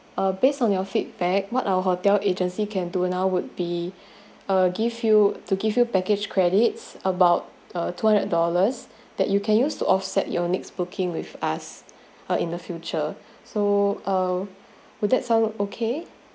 uh based on your feedback what our hotel agency can do now would be uh give you to give you package credits about uh two hundred dollars that you can use to offset your next booking with us or in the future so uh would that sound okay